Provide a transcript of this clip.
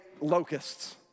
locusts